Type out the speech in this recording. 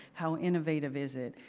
how innovative is it,